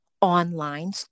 online